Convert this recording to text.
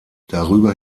darüber